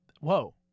Whoa